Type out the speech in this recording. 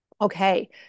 Okay